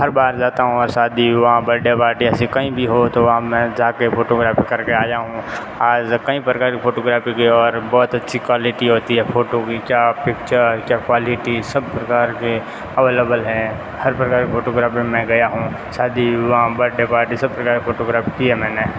हर बार जाता हूँ और शादी विवाह बर्थडे पार्टी ऐसी कहीं भी हो तो वहाँ मैं जा के फोटोग्राफी करके आया हूँ आज कई प्रकार की फोटोग्राफी की और बहुत अच्छी क्वालिटी होती है फोटो खींचा पिक्चर उक्चर क्वालिटी सब प्रकार के अवेलेबल हैं हर प्रकार के फोटोग्राफी में मैं गया हूँ शादी विवाह बर्थडे पार्टी सब प्रकार की फोटोग्राफी की है मैंने